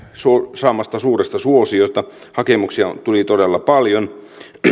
saamasta suuresta suosiosta hakemuksia tuli todella paljon